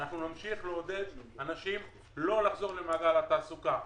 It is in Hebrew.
נמשיך לעודד אנשים לא לחזור למעגל התעסוקה.